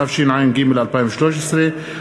התשע"ג 2013,